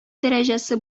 дәрәҗәсе